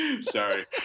Sorry